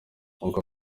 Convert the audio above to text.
uko